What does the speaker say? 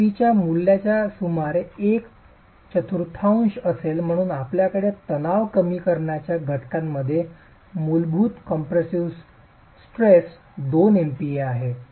fb त्या मूल्याच्या सुमारे 1 चतुर्थांश असेल म्हणून माझ्याकडे तणाव कमी करण्याच्या घटकामध्ये मूलभूत कंप्रेसिव्ह स्ट्रेसचा 2 MPa आहे